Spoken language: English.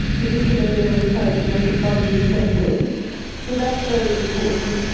particularly outside the metropolitan centres. so that's very important.